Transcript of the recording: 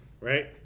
Right